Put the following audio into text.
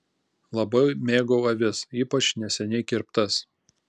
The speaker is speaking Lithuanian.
labai mėgau avis ypač neseniai kirptas